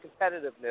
competitiveness